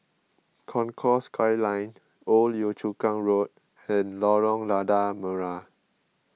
Concourse Skyline Old Yio Chu Kang Road and Lorong Lada Merah